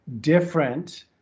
different